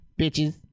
Bitches